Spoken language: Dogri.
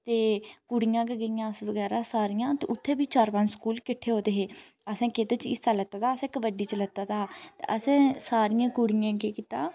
ते कुड़ियां गै गेइयां अस बगैरा सारियां ते उ'त्थें बी चार पंज स्कूल किट्ठे होऐ दे हे असें केह्दे च हिस्सा लैते दा हा कबड्डी च लैते दा हा ते असें सारियें कुड़ियें केह् कीता